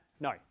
No